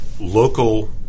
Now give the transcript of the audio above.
Local